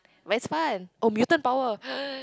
but it's fun oh mutant power